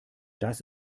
das